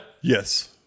Yes